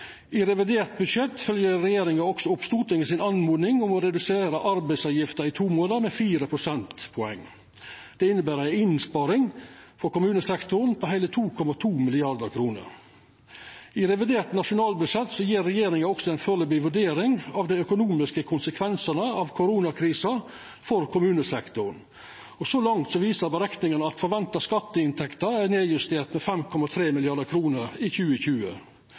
I revidert budsjett følgjer regjeringa også opp Stortingets oppmoding om å redusera arbeidsgjevaravgifta i to månader med fire prosentpoeng. Det inneber ei innsparing for kommunesektoren på heile 2,2 mrd. kr. I revidert nasjonalbudsjett gjev regjeringa også ei foreløpig vurdering av dei økonomiske konsekvensane av koronakrisa for kommunesektoren. Så langt viser berekningane at forventa skatteinntekter er justerte ned med 5,3 mrd. kr for 2020.